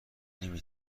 نمی